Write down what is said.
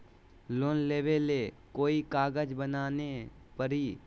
Loan लेबे ले कोई कागज बनाने परी?